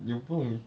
你有不懂